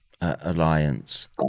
alliance